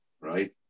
right